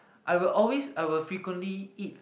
I will always I will frequently eat